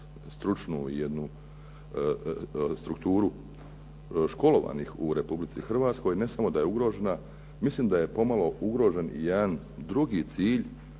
stručnu i jednu strukturu školovanih u Republici Hrvatskoj ne samo da je ugrožena. Mislim da je pomalo ugrožen i jedan drugi cilj